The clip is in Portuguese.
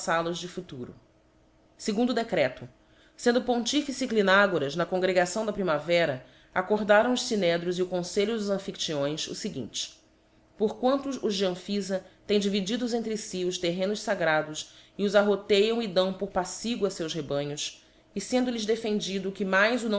ultrapaítal os de futuro i segundo decreto sendo pontifice clinagoras na congregação da primavera accordaram os fvnedros c o confelho dos ampliiclyões o feguinte por quanto os de amphiffa tem divididos entre fi os terrenos fagrados e os arroteam c dão por pafcigo à íeus rebanhos e fendo ihes defendido que mais